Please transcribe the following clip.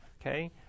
Okay